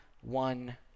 one